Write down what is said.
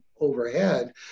overhead